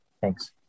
Thanks